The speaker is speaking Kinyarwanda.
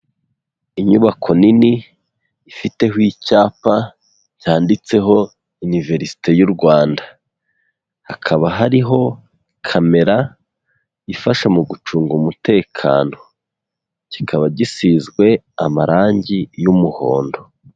Inyubako nini ifiteho icyapa byanditseho iniverisite y'u Rwanda, hakaba hariho kamera ifasha mu gucunga umutekano, kikaba gisizwe amarangi y'umuhondo.